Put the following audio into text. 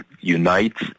unites